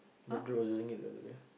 was using it the other day